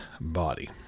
body